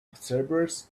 observers